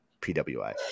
PWI